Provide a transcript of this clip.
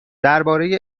درباره